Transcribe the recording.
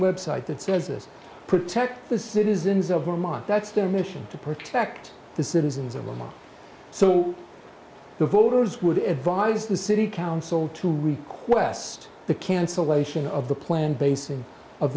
website that says this protect the citizens of vermont that's their mission to protect the citizens along so the voters would advise the city council to request the cancellation of the planned basing of